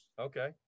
Okay